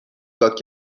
داد